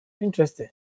interesting